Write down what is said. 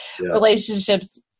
relationships